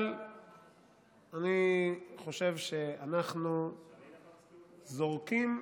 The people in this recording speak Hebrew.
אבל אני חושב שאנחנו זורקים,